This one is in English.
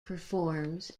performs